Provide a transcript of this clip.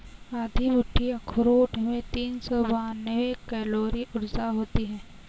आधी मुट्ठी अखरोट में तीन सौ बानवे कैलोरी ऊर्जा होती हैं